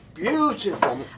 Beautiful